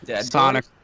sonic